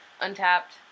untapped